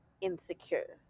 insecure